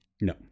No